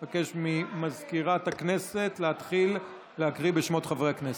אני מבקש מסגנית מזכיר הכנסת להתחיל לקרוא בשמות חברי הכנסת.